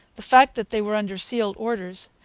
the fact that they were under sealed orders,